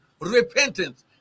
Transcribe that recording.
repentance